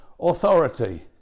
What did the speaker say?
authority